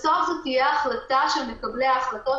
בסוף זו תהיה החלטה של מקבלי ההחלטות,